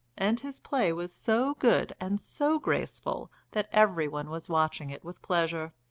and his play was so good and so graceful that every one was watching it with pleasure.